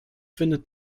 findet